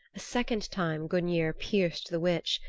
a second time gungnir pierced the witch.